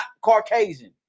Caucasian